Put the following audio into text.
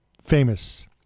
famous